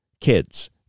Kids